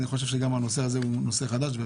אני חושב שגם הנושא הזה הוא נושא חדש.